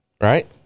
right